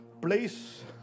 place